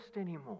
anymore